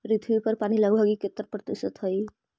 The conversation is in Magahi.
पृथ्वी पर पानी लगभग इकहत्तर प्रतिशत हई